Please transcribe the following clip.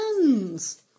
hands